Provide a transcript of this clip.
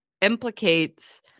implicates